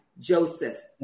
Joseph